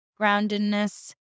groundedness